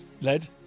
led